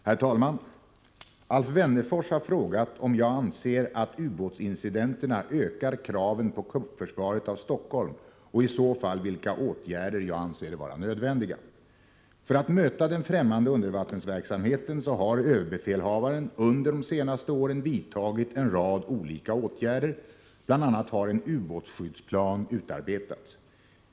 Herr talman! Alf Wennerfors har frågat mig om jag anser att ubåtsincidenterna ökar kraven på kuppförsvaret av Stockholm och i så fall vilka åtgärder jag anser vara nödvändiga. För att möta den främmande undervattensverksamheten har överbefälhavaren under de senaste åren vidtagit en rad olika åtgärder, bl.a. har en ubåtsskyddsplan utarbetats.